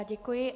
Děkuji.